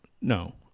no